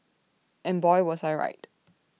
and boy was I right